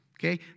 Okay